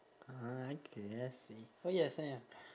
ah okay I see oh ya sayang